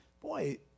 boy